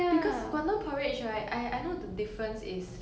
because 广东 porridge right I I know the difference is